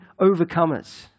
overcomers